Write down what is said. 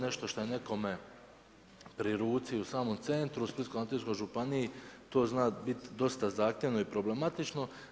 Nešto šta je nekome pri ruci i u samom centru u Splitsko-dalmatinskoj županiji to zna bit dosta zahtjevno i problematično.